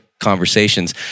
conversations